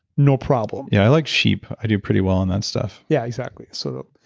no problem yeah. i like sheep. i do pretty well on that stuff yeah. exactly. so,